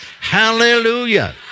Hallelujah